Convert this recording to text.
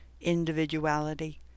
individuality